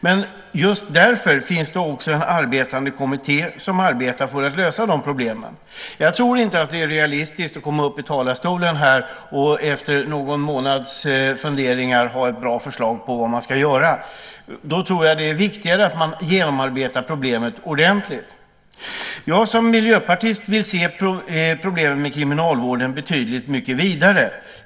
Men det finns också en kommitté som arbetar för att lösa de problemen. Jag tror inte att det är realistiskt att efter någon månads funderingar gå upp i kammarens talarstol och tro att man har bra förslag på vad som ska göras. Då tror jag att det är bättre att genomarbeta problemet ordentligt. Jag vill som miljöpartist se på problemen inom kriminalvården betydligt mycket vidare.